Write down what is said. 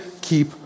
keep